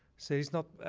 say it's, not,